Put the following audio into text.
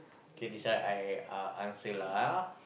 okay this one I uh answer lah ah